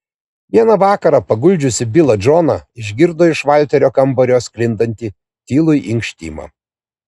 vieną vakarą paguldžiusi bilą džoną išgirdo iš valterio kambario sklindantį tylų inkštimą